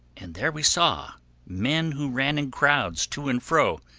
and there we saw men who ran in crowds, to and fro,